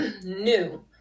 new